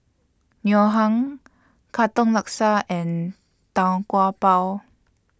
Ngoh Hiang Katong Laksa and Tau Kwa Pau